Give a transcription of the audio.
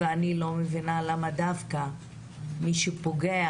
אני לא מבינה למה צריך דווקא להתחשב במי שפוגע